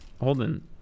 Holden